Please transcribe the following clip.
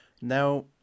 Now